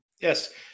Yes